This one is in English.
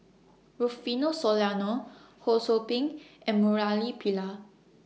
Rufino Soliano Ho SOU Ping and Murali Pillai